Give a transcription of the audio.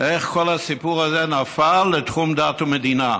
איך כל הסיפור הזה נפל לתחום דת ומדינה.